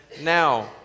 now